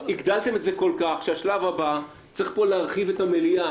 הגדלתם את זה כל כך שהשלב הבא צריך פה להרחיב את המליאה